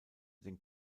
den